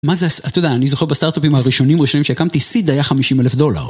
מה זה... אתה יודע, אני זוכר בסטארט-אפים הראשונים-ראשונים שהקמתי, סיד היה חמישים אלף דולר